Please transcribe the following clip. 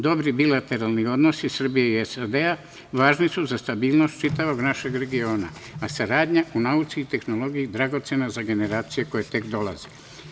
Dobri bilateralni odnosi Srbije i SAD važni su za stabilnost čitavog našeg regiona, a saradnja u nauci i tehnologiji je dragocena za generacije koje tek dolaze.